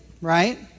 right